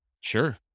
Sure